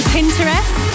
Pinterest